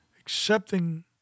accepting